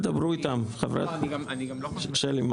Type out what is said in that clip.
הצבעה בעד 3, נגד 7. הרביזיה נדחתה.